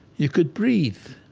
you could breath.